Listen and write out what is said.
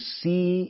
see